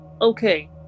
Okay